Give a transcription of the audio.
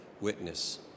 witness